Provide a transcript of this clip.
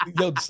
Yo